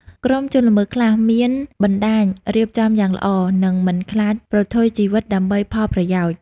ក្រុមជនល្មើសខ្លះមានបណ្តាញរៀបចំយ៉ាងល្អ និងមិនខ្លាចប្រថុយជីវិតដើម្បីផលប្រយោជន៍។